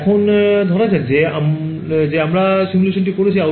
এখন ধরা যাক যে আমরা সিমুলেশনটি করেছি